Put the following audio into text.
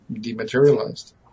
dematerialized